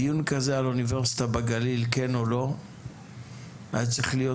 דיון כזה על אוניברסיטה בגליל כן או לא היה צריך להיות